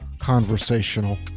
conversational